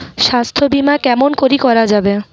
স্বাস্থ্য বিমা কেমন করি করা যাবে?